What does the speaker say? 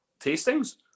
tastings